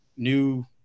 New